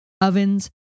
ovens